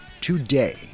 today